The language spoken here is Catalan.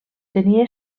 tenia